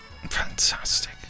Fantastic